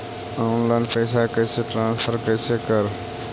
Online पैसा कैसे transfer कैसे कर?